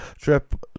trip